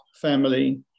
family